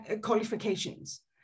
qualifications